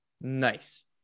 Nice